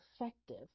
effective